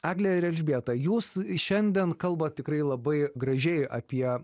egle ir elžbieta jūs šiandien kalbat tikrai labai gražiai apie